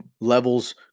levels